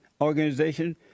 organization